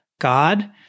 God